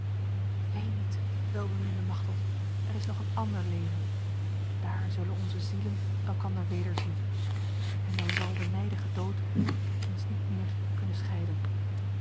ween niet welbeminde machteld er is nog een ander leven daar zullen onze zielen elkander wederzien en dan zal de nijdige dood ons niet meer kunnen scheiden